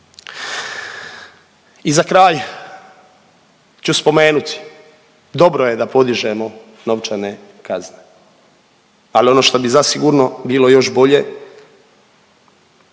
I za kraj ću spomenuti, dobro je da podižemo novčane kazne, ali ono što bi zasigurno bilo još bolje